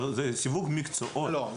סיווג מקצועות --- לא,